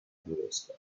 tedesca